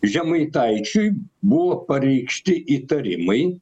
žemaitaičiui buvo pareikšti įtarimai